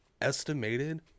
estimated